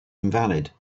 invalid